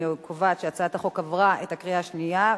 אני קובעת שהצעת החוק עברה את הקריאה השנייה.